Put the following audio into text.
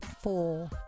four